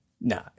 No